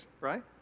right